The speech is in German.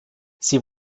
sie